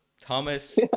Thomas